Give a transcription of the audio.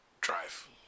drive